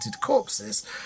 corpses